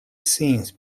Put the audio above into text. scenes